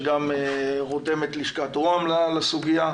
שגם רותם את לשכת רוה"מ לסוגיה.